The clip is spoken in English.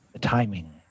timing